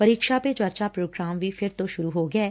Pariksha Pe Charcha programme ਵੀ ਫਿਰ ਤੋ ਸੁਰੁ ਹੋ ਗਿਐ